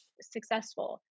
successful